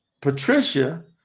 Patricia